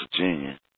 Virginia